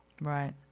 Right